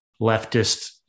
leftist